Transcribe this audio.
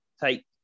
take